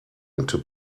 into